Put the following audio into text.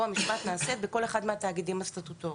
המשמעת נעשית בכל אחד מהתאגידים הסטטוטוריים.